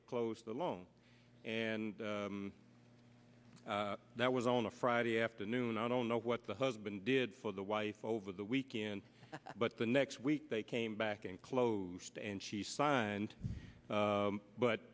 to close the loan and that was on a friday afternoon i don't know what the husband did for the wife over the weekend but the next week they came back and closed and she signed